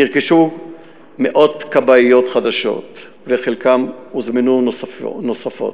נרכשו מאות כבאיות חדשות והוזמנו נוספות,